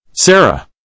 Sarah